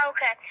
Okay